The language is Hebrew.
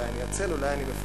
אולי אני עצל, אולי אני מפונק.